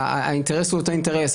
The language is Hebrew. האינטרס הוא אותו אינטרס.